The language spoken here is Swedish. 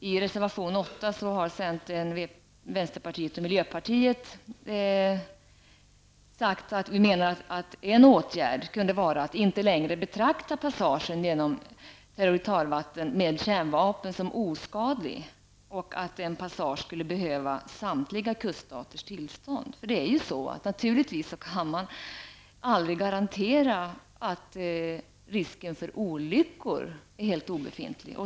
I reservation 8 menar centern, vänsterpartiet och miljöpartiet att en åtgärd kunde vara att inte längre betrakta passage genom territorialvatten med kärnvapen som oskadlig och att en passagerare skulle behöva samtliga kuststaters tillstånd. Naturligtvis kan man aldrig garantera att risken för olyckor är helt obefintlig.